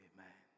Amen